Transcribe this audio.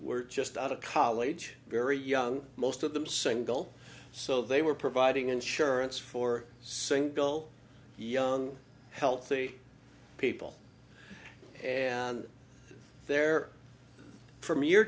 were just out of college very young most of them single so they were providing insurance for single young healthy people and their from year